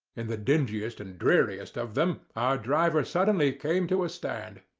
in the dingiest and dreariest of them our driver suddenly came to a stand.